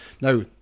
Now